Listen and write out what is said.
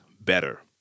better